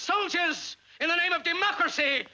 soldiers in the name of democracy